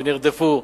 נרדפו,